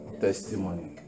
Testimony